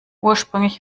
ursprünglich